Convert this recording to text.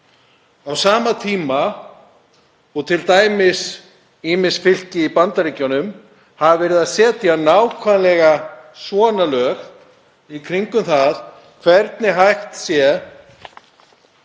á sama tíma og t.d. ýmis fylki í Bandaríkjunum hafa verið að setja nákvæmlega svona lög í kringum um það hvernig hægt sé